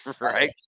Right